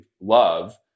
love